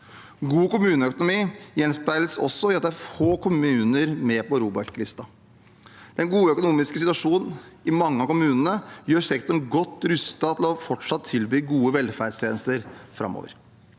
God kommuneøkonomi gjenspeiles også i at det er få kommuner med på ROBEK-listen. Den gode økonomiske situasjonen i mange av kommunene gjør sektoren godt rustet til fortsatt å tilby gode velferdstjenester framover.